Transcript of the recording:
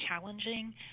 challenging